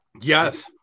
Yes